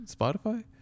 Spotify